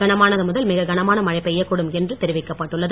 கனமானது முதல் மிக கனமான மழை பெய்யக்கூடும் என்று தெரிவிக்கப்பட்டுள்ளது